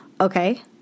Okay